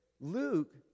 Luke